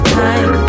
time